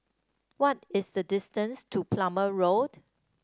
what is the distance to Plumer Road